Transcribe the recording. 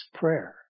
prayer